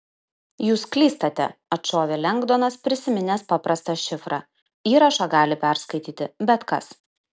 jūs klystate atšovė lengdonas prisiminęs paprastą šifrą įrašą gali perskaityti bet kas